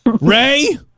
Ray